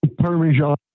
parmesan